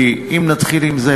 כי אם נתחיל עם זה,